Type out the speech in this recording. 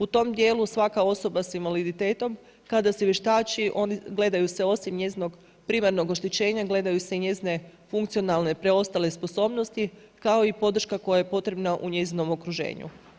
U tom dijelu svaka osoba s invaliditetom kada se vještači gledaju se osim njezinog primarnog oštećenja, gledaju se i njezine funkcionalne preostale sposobnosti kao i podrška koja je potrebna u njezinom okruženju.